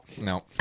no